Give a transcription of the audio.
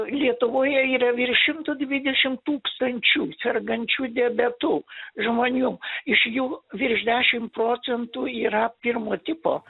lietuvoje yra virš šimto dvidešimt tūkstančių sergančių diabetu žmonių iš jų virš dešim procentų yra pirmo tipo